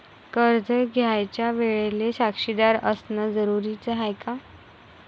कर्ज घ्यायच्या वेळेले साक्षीदार असनं जरुरीच हाय का?